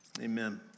amen